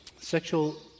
sexual